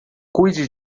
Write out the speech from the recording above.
cuide